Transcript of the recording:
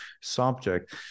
subject